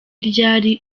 ryari